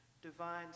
Divine